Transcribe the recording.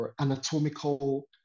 anatomical